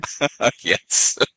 Yes